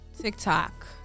tiktok